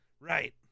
Right